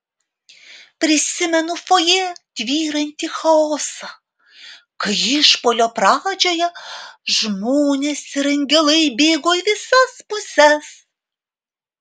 prisimenu fojė tvyrantį chaosą kai išpuolio pradžioje žmonės ir angelai bėgo į visas puses